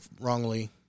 wrongly